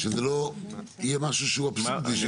שזה לא יהיה משהו שהוא אבסורדי.